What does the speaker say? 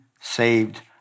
saved